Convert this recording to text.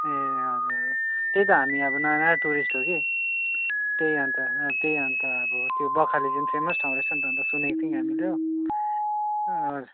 ए हजुर त्यही त हामी अब नयाँ नयाँ टुरिस्ट हो कि त्यही अन्त त्यही अन्त अब त्यो बखाली जुन फेमस ठाउँ रहेछ नि त अन्त सुनेको थियौँ हामीले हो हजुर